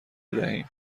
دهیم